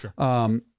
Sure